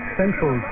central